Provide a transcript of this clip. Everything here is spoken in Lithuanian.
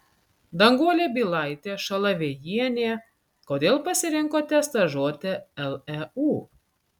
danguolė bylaitė šalavėjienė kodėl pasirinkote stažuotę leu